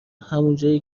همونجایی